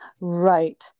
Right